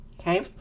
okay